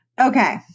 Okay